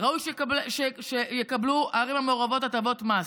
ראוי שהערים המעורבות יקבלו הטבות מס.